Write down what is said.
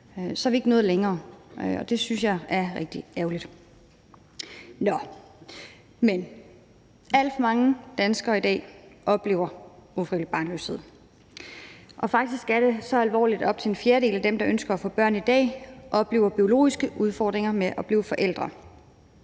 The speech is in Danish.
så er vi ikke nået længere. Det synes jeg er rigtig ærgerligt. Alt for mange danskere i dag oplever ufrivillig barnløshed. Faktisk er det så alvorligt, at op imod en fjerdedel af dem, der ønsker at få børn i dag, oplever biologiske udfordringer med at blive forældre.